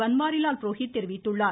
பன்வாரிலால் புரோஹித் தெரிவித்துள்ளார்